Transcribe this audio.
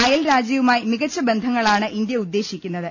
അയൽരാജ്യവുമായി മികച്ച ബന്ധങ്ങളാണ് ഇന്ത്യ ഉദ്ദേശിക്കുന്ന ത്